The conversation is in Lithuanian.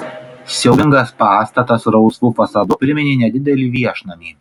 siaubingas pastatas rausvu fasadu priminė nedidelį viešnamį